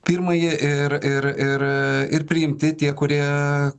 pirmąjį ir ir ir ir priimti tie kurie